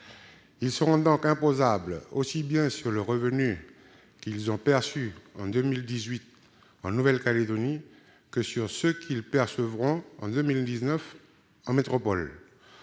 Ils seront donc imposables aussi bien sur les revenus perçus en 2018 en Nouvelle-Calédonie que sur ceux qu'ils percevront en 2019 en métropole.